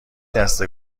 دسته